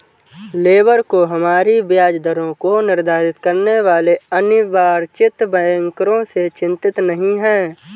labour को हमारी ब्याज दरों को निर्धारित करने वाले अनिर्वाचित बैंकरों से चिंतित नहीं है